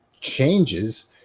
changes